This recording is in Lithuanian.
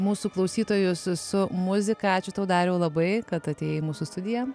mūsų klausytojus su muzika ačiū tau dariau labai kad atėjai į mūsų studiją